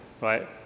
right